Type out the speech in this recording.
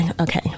okay